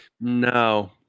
No